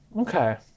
Okay